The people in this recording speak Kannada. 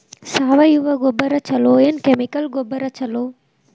ಸಾವಯವ ಗೊಬ್ಬರ ಛಲೋ ಏನ್ ಕೆಮಿಕಲ್ ಗೊಬ್ಬರ ಛಲೋ?